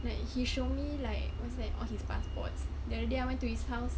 like he show me like what's that all his passports the other day I went to his house